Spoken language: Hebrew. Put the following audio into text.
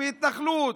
מהתנחלות.